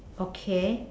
okay